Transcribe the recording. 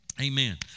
amen